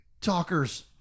talkers